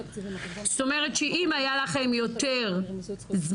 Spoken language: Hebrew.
זאת אומרת שאם היה לכם יותר זמן,